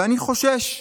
ואני חושש,